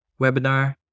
webinar